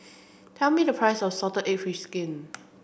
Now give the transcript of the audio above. tell me the price of salted egg fish skin